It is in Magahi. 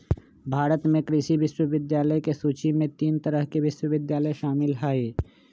भारत में कृषि विश्वविद्यालय के सूची में तीन तरह के विश्वविद्यालय शामिल हई